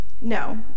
No